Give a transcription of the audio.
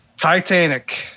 Titanic